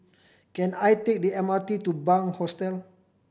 can I take the M R T to Bunc Hostel